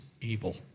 evil